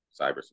cybersecurity